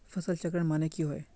फसल चक्रण माने की होय?